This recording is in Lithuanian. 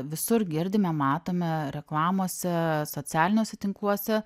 visur girdime matome reklamose socialiniuose tinkluose